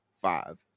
five